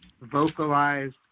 vocalized